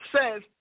says